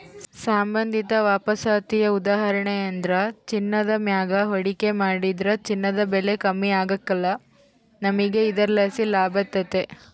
ಸಂಬಂಧಿತ ವಾಪಸಾತಿಯ ಉದಾಹರಣೆಯೆಂದ್ರ ಚಿನ್ನದ ಮ್ಯಾಗ ಹೂಡಿಕೆ ಮಾಡಿದ್ರ ಚಿನ್ನದ ಬೆಲೆ ಕಮ್ಮಿ ಆಗ್ಕಲ್ಲ, ನಮಿಗೆ ಇದರ್ಲಾಸಿ ಲಾಭತತೆ